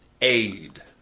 aid